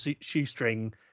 shoestring